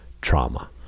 trauma